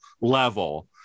level